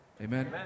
Amen